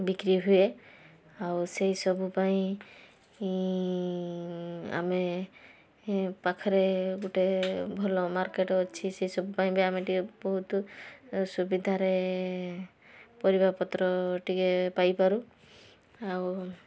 ବିକ୍ରି ହୁଏ ଆଉ ସେଇସବୁ ପାଇଁ ଆମେ ପାଖେରେ ଗୋଟେ ଭଲ ମାର୍କେଟ୍ ଅଛି ସେସବୁ ପାଇଁ ବି ଆମେ ଟିକେ ବହୁତ ସୁବିଧାରେ ପରିବାପତ୍ର ଟିକେ ପାଇପାରୁ